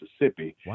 Mississippi